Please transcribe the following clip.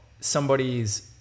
somebody's